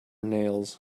nails